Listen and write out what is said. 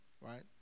right